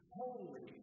holy